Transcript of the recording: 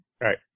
right